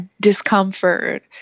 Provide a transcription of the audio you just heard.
discomfort